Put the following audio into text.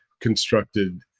constructed